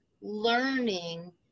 learning